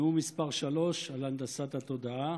נאום מס' 3 על הנדסת התודעה,